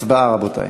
הצבעה, רבותי.